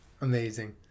Amazing